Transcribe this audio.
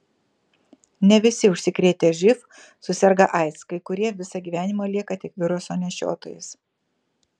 ne visi užsikrėtę živ suserga aids kai kurie visą gyvenimą lieka tik viruso nešiotojais